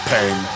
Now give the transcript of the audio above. Pain